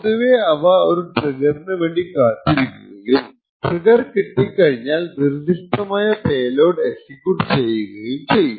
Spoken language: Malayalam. പൊതുവെ അവ ഒരു ട്രിഗ്ഗറിന് വേണ്ടി കാത്തിരിക്കുകയും ട്രിഗ്ഗർ കിട്ടിക്കഴിഞ്ഞാൽ നിർദ്ധിഷ്ടമായ പേലോഡ് എക്സിക്യൂട്ട് ചെയ്യുകയും ചെയ്യും